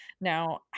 Now